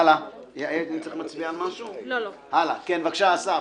אסף, בבקשה.